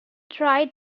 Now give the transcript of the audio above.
tried